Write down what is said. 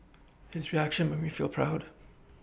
his reaction made me feel proud